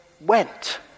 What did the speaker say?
went